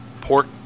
Pork